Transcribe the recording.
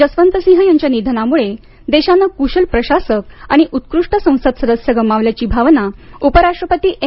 जसवंतसिंह यांच्या निधनामुळे देशानं कुशल प्रशासक आणि उत्कृष्ट संसद सदस्य गमावल्याची भावना उपराष्ट्रपती एम